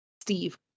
Steve